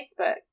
Facebook